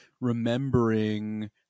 remembering